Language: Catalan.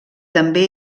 també